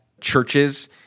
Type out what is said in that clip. churches